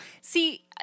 See